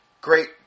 great